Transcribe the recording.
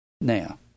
Now